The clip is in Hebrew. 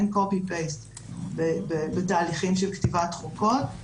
אין copy-paste בתהליכים של כתיבת חוקות,